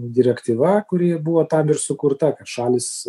direktyva kuri buvo tam ir sukurta šalys